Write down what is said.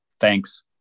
Thanks